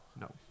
No